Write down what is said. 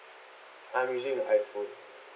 I'm using the iphone